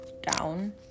down